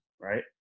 right